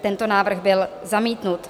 Tento návrh byl zamítnut.